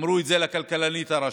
אמרו את זה לכלכלנית הראשית.